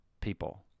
people